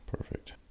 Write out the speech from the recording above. Perfect